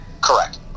Correct